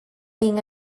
being